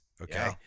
okay